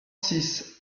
six